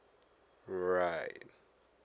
right